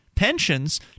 pensions